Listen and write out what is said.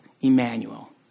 Emmanuel